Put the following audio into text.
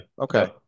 okay